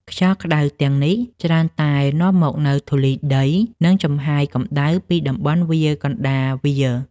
ខ្យល់ក្ដៅទាំងនេះច្រើនតែនាំមកនូវធូលីដី និងចំហាយកម្ដៅពីតំបន់វាលកណ្ដាលវាល។